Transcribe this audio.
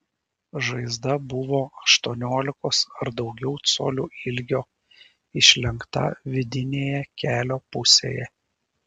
žaizda buvo aštuoniolikos ar daugiau colių ilgio išlenkta vidinėje kelio pusėje